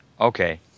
Okay